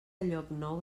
llocnou